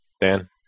Dan